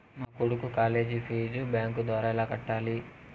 మా కొడుకు college fees bank ద్వారా ఎలా కట్టాలి?